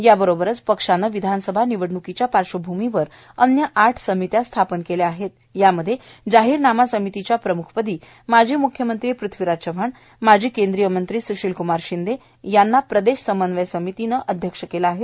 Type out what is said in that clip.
याबरोबरचं पक्षानं विधानसभा निवडण्कीच्या पार्श्वभूमीवर अन्य आठ समित्या स्थापन केल्या आहेत यामध्ये जाहीरनामा समितीच्या प्रम्ख पदी माजी म्ख्यमंत्री पृथ्वीराज चव्हाण माजी केंद्रीय मंत्री स्शीलक्मार शिंदे यांना प्रदेश समन्वय समितीचं अध्यक्ष केलं आहे